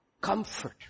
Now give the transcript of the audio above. comfort